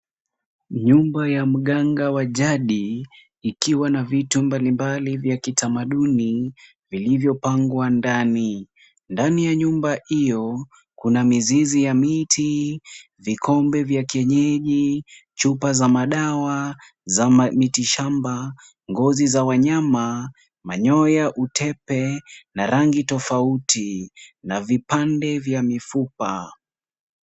Nyumba ya mganga wa jadi ikiwa na vitu mbalimbali vya kitamaduni vilivyopangwa ndani. Ndani ya nyumba hiyo kuna mizizi ya miti, vikombe vya kienyeji, chupa za madawa za miti shamba, ngozi za wanyama, manyoya utepe na rangi tofauti na vipande vya mifupa.